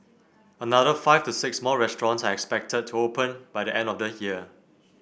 another five to six more restaurants are expected to open by the end of the year